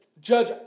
Judge